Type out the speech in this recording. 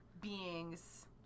beings